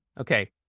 Okay